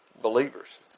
believers